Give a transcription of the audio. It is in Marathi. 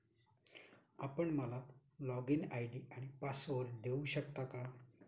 आपण मला लॉगइन आय.डी आणि पासवर्ड देऊ शकता का?